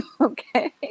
okay